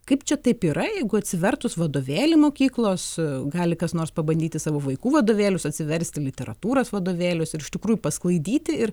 kaip čia taip yra jeigu atsivertus vadovėlį mokyklos gali kas nors pabandyti savo vaikų vadovėlius atsiversti literatūros vadovėlius ir iš tikrųjų pasklaidyti ir